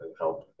help